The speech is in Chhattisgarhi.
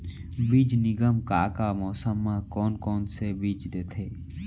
बीज निगम का का मौसम मा, कौन कौन से बीज देथे?